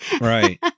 Right